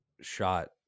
shot